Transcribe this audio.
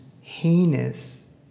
heinous